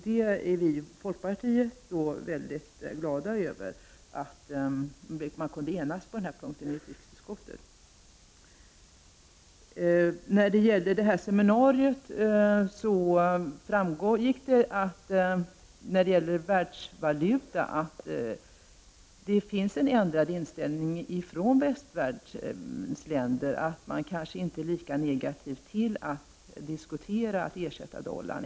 Vi i folkpartiet är väldigt glada över att man i utrikesutskottet har kunnat enas på denna punkt. I seminariet framgick att det finns en ändrad inställning till världsvaluta från västvärldsländer. Man kanske inte är lika negativ till att diskutera att ersätta dollarn.